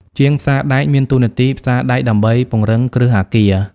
ជាងផ្សារដែកមានតួនាទីផ្សារដែកដើម្បីពង្រឹងគ្រឹះអគារ។